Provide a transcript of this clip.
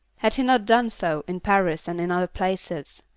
had he not done so in paris and in other places?